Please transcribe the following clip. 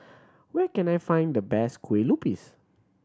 where can I find the best kue lupis